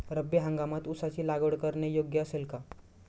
रब्बी हंगामात ऊसाची लागवड करणे योग्य असेल का?